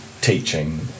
teaching